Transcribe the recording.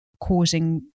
causing